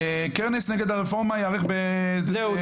כנס נגד הרפורמה יערך ב- -- זהו,